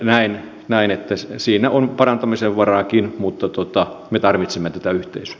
näen että siinä on parantamisen varaakin mutta me tarvitsemme tätä yhteisöä